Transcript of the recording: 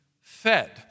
fed